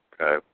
Okay